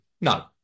No